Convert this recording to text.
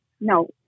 no